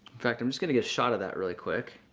fact, i'm just going to a shot of that really quick.